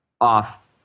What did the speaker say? off